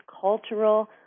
cultural